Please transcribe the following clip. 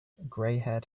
grayhaired